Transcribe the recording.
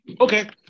Okay